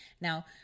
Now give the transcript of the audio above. Now